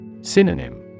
Synonym